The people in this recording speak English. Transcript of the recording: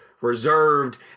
reserved